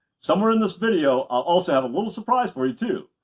somewhere in this video i'll also have a little surprise for you too.